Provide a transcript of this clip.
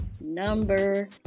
number